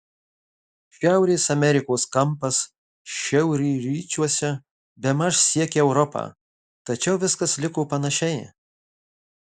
šiaurės amerikos kampas šiaurryčiuose bemaž siekė europą tačiau viskas liko panašiai